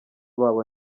babo